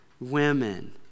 Women